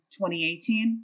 2018